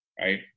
right